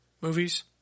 movies